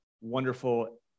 wonderful